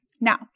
Now